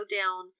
down